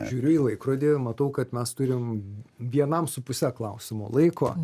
žiūriu į laikrodį ir matau kad mes turim vienam su puse klausimo laiko